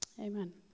Amen